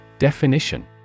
Definition